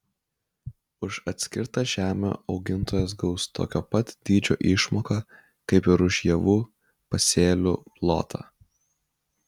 už atskirtą žemę augintojas gaus tokio pat dydžio išmoką kaip ir už javų pasėlių plotą